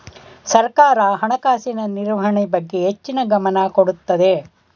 ಸರ್ಕಾರ ಹಣಕಾಸಿನ ನಿರ್ವಹಣೆ ಬಗ್ಗೆ ಹೆಚ್ಚಿನ ಗಮನ ಕೊಡುತ್ತದೆ